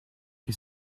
qui